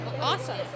Awesome